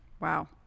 wow